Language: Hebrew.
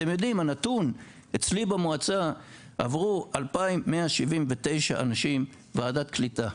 אצלי במועצה עברו 2,179 אנשים בוועדת קליטה,